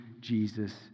Jesus